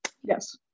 Yes